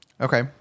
Okay